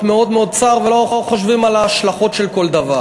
מאוד צר ולא חושבים על ההשלכות של כל דבר.